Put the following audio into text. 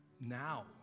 now